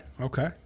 okay